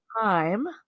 time